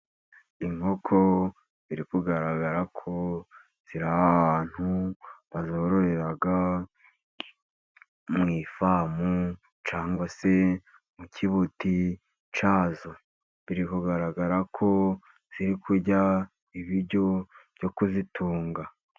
Inkoko biri kugaragara ko ziri ahantu bazororera, mu ifamu cyangwa se mu kibuti cyazo, biri kugaragara ko ziri kurya ibiryo byo kuzitunga.